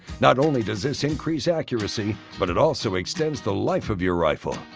not only does this increase accuracy but it also extends the life of your rifle.